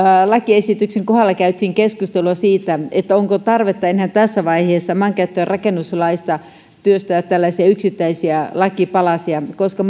lakiesityksen kohdalla käytiin keskustelua siitä onko tarvetta enää tässä vaiheessa maankäyttö ja rakennuslaista työstää tällaisia yksittäisiä lakipalasia koska